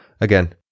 again